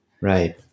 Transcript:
Right